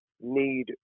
need